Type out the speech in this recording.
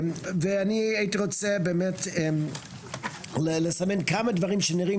ואני הייתי רוצה באמת לסמן כמה דברים שנראים